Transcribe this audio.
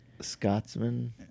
Scotsman